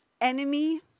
Enemy